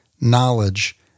knowledge